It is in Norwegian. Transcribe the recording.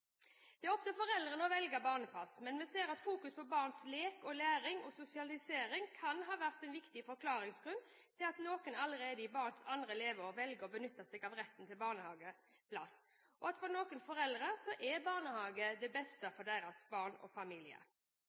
Det er opp til foreldrene å velge barnepass, men vi ser at fokusering på barns lek, læring og sosialisering kan ha vært en viktig forklaringsgrunn til at noen allerede i barns andre leveår velger å benytte seg av retten til barnehageplass, og for noen foreldre er barnehage det beste for deres barn og familie.